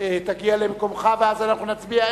תגיע למקומך ואז אנחנו נצביע.